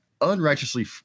unrighteously